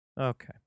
Okay